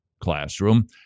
classroom